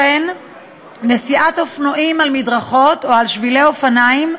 נסיעת אופנועים על מדרכות או על שבילי אופניים,